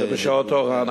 זה בשעות הוראה.